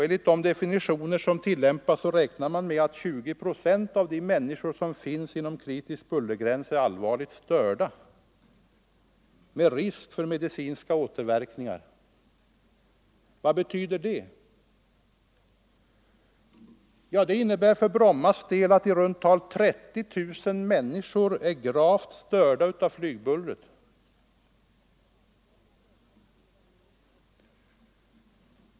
Enligt de definitioner som tillämpas räknar man med att 20 procent av de människor som finns inom den kritiska bullergränsen är allvarligt störda, med risk för medicinska återverkningar. Vad betyder det? För Brommas del innebär det att i runt tal 30 000 människor är gravt störda av flygbullret.